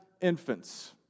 infants